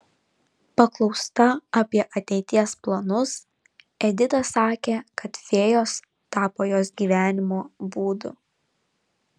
paklausta apie ateities planus edita sakė kad fėjos tapo jos gyvenimo būdu